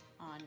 on